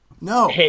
No